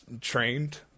trained